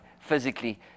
physically